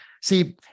See